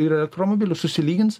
ir elektromobilių susilygins